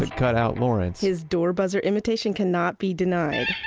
cut out lawrence his door buzzer imitation cannot be denied